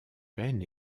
peine